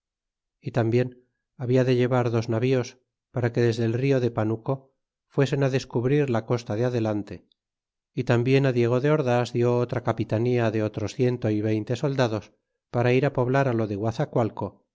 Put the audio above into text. y tambien habla de llevar dos navíos para que desde el rio de panuco fuesen descubrir la costa de adelante y tambien diego de ordas di otra capitanía de otros ciento y veinte soldados para ir poblar á lo de